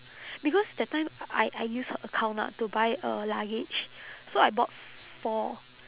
because that time I I use her account ah to buy a luggage so I bought four